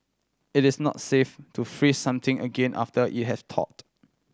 it is not safe to freeze something again after it has thawed